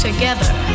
together